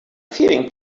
feeling